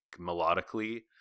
melodically